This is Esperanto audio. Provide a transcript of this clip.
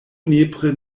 nepre